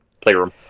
Playroom